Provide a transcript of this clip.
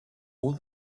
all